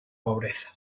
pobreza